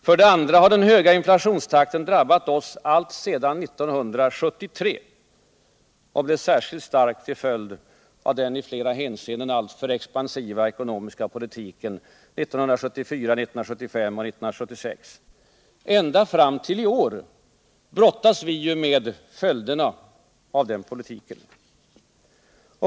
Vidare har den höga inflationstakten drabbat oss alltsedan 1973, och den blev särskilt hög till följd av den i flera hänseenden alltför expansiva ekonomiska politiken 1974, 1975 och 1976. Ända fram till i år brottas vi ju med följderna av den politiken.